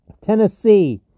Tennessee